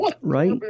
Right